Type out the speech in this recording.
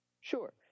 Sure